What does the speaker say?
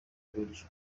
iburyo